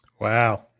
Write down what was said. Wow